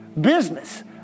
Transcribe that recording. business